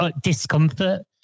discomfort